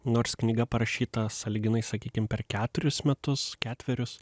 nors knyga parašyta sąlyginai sakykim per keturis metus ketverius